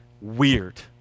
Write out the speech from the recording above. weird